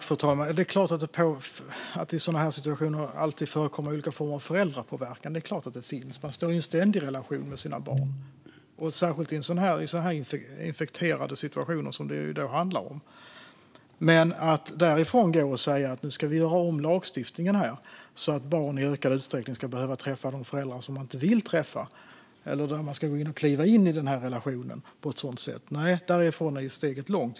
Fru talman! Det är klart att det i sådana här situationer alltid förekommer olika former av föräldrapåverkan. Man står i en ständig relation med sina barn, särskilt i de infekterade situationer som det handlar om här. Men att baserat på detta säga att vi ska göra om lagstiftningen, så att barn i ökad utsträckning ska behöva träffa de föräldrar som de inte vill träffa, eller att man ska gripa in i relationen på ett sådant sätt är för mig att gå för långt.